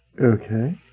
Okay